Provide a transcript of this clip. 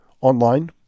online